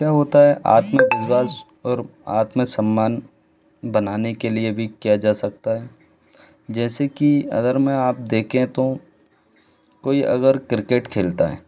क्या होता है आत्मविश्वास और आत्मसम्मान बनाने के लिए भी किया जा सकता है जैसे कि अगर मैं आप देखें तो कोई अगर क्रिकेट खेलता है